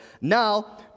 Now